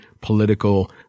political